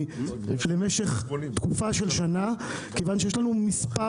למשך תקופה של שנה מכיוון שיש לנו מספר